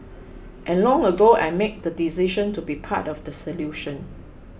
and long ago I made the decision to be part of the solution